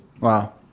Wow